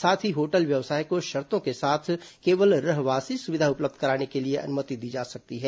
साथ ही होटल व्यवसाय को शर्तों के साथ केवल रहवासी सुविधा उपलब्ध कराने के लिए अनुमति दी जा सकती है